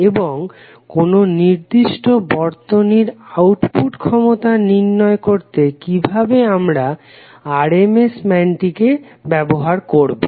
এবং কোনো নির্দিষ্ট বর্তনীর আউটপুট ক্ষমতা নির্ণয় করতে কিভাবে আমরা RMS মানটিকে ব্যবহার করবো